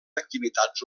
activitats